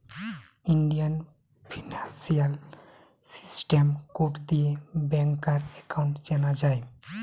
Indian financial system code দিয়ে ব্যাংকার account চেনা যায়